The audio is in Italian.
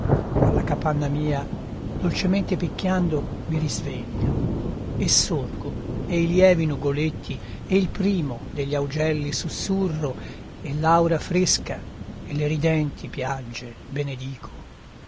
alla capanna mia dolcemente picchiando mi risveglia e sorgo e i lievi nugoletti e il primo degli augelli susurro e l'aura fresca e le ridenti piagge benedico